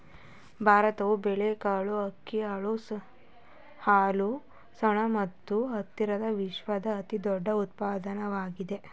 ಭಾರತವು ಬೇಳೆಕಾಳುಗಳು, ಅಕ್ಕಿ, ಹಾಲು, ಸೆಣಬು ಮತ್ತು ಹತ್ತಿಯ ವಿಶ್ವದ ಅತಿದೊಡ್ಡ ಉತ್ಪಾದಕವಾಗಿದೆ